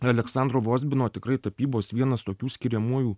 aleksandro vozbino tikrai tapybos vienas tokių skiriamųjų